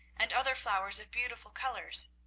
and other flowers of beautiful colours.